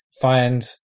find